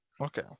okay